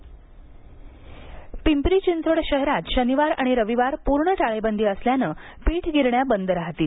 पिंपरी चिंचवड गिरणी महासंघ पिंपरी चिंचवड शहरात शनिवार आणि रविवार पूर्ण टाळेबंदी असल्यानं पीठ गिरण्या बंद राहतील